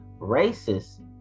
racist